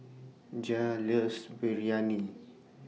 Jair loves Biryani